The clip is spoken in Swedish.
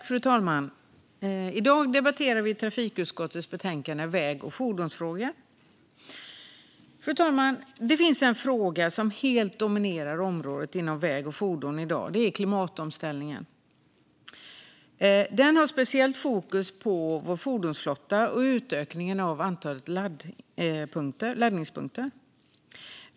Fru talman! I dag debatterar vi trafikutskottets betänkande Väg trafik och f ordonsfrågor . Fru talman! Det finns en fråga som helt dominerar området väg och fordon i dag. Det är klimatomställningen. Den har speciellt fokus på vår fordonsflotta och utökningen av antalet laddpunkter.